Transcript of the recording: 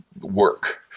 work